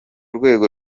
rwego